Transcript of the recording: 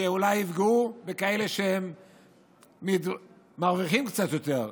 שאולי יפגעו בכאלה שמרוויחים קצת יותר,